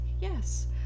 yes